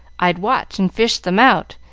i'd watch and fish them out,